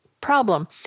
problem